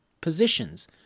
positions